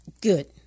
good